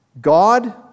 God